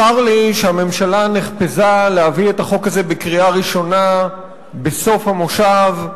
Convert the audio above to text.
צר לי שהממשלה נחפזה להביא את החוק הזה לקריאה ראשונה בסוף המושב,